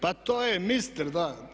Pa to je mister, da.